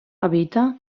habita